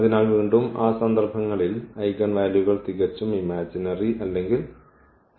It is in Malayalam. അതിനാൽ വീണ്ടും ആ സന്ദർഭങ്ങളിൽ ഐഗൻ വാല്യൂകൾ തികച്ചും ഇമാജിനറി അല്ലെങ്കിൽ 0